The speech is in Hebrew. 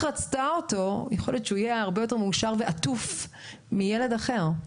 רצתה אותו יהיה הרבה יותר מאושר ועטוף מילד אחר.